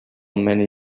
many